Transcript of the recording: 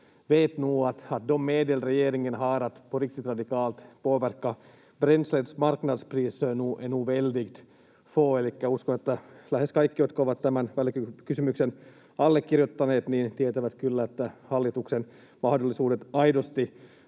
vet nog att de medel regeringen har att på riktigt radikalt påverka bränslets marknadspris är väldigt få. Elikkä uskon, että lähes kaikki, jotka ovat tämän välikysymyksen allekirjoittaneet, tietävät kyllä, että hallituksen mahdollisuudet aidosti